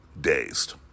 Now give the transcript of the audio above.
Dazed